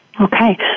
Okay